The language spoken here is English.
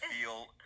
feel